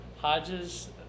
Hodges